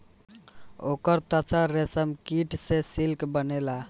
ओकर तसर रेशमकीट से सिल्क बनेला